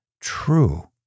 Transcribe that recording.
true